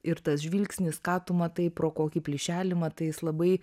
ir tas žvilgsnis ką tu matai pro kokį plyšelį matai jis labai